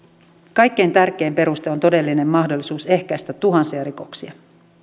kaikkein tärkein peruste on todellinen mahdollisuus ehkäistä tuhansia rikoksia